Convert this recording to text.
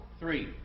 three